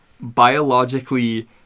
biologically